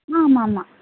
ஆமாம் ஆமாம்